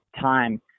time